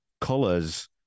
colors